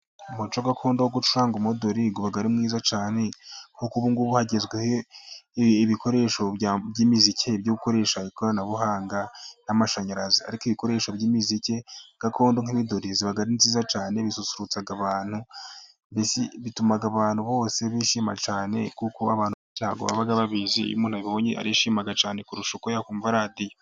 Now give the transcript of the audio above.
Umuco gakondo wo gucuranga umuduri uba ari mwiza cyane, kuko ubungubu hagezweho ibikoresho by'imiziki byo gukoresha ikoranabuhanga n'amashanyarazi, ariko ibikoresho by'imiziki gakondo nk'imiduri biba ari byiza cyane, bisusurutsa abantu, bituma abantu bose bishima cyane, kuko abantu nta bwo baba babizi, iyo abibonye arishima cyane kurusha uko yakumva radiyo.